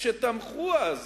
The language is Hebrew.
שתמכו אז